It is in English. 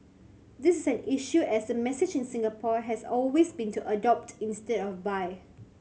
this is an issue as the message in Singapore has always been to adopt instead of buy